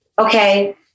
okay